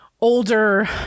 older